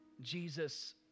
Jesus